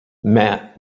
matt